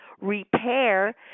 repair